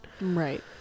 right